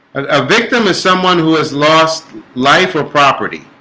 a victim is someone who has lost life or property